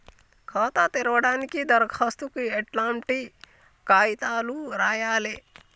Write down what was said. ఖాతా తెరవడానికి దరఖాస్తుకు ఎట్లాంటి కాయితాలు రాయాలే?